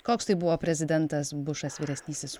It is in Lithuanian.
koks tai buvo prezidentas bušas vyresnysis